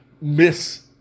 miss